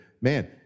man